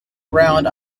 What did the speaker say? around